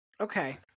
Okay